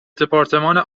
دپارتمان